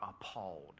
appalled